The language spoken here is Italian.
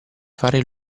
fare